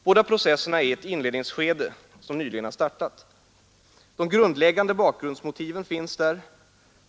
Båda processerna är i ett inledningsskede, som nyligen har startat. De grundläggande bakgrundsmotiven finns där.